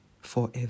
forever